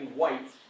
white